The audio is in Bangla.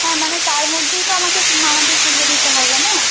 হ্যাঁ মানে তার মধ্যেই তো আমাকে আমাদের পুজো দিতে হবে না